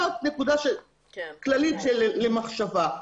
זאת נקודה כללית למחשבה.